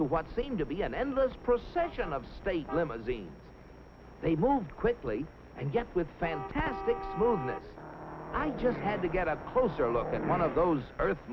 to what seemed to be an endless procession of state limousines they moved quickly and yet with fantastic moment i just had to get a closer look at one of those earth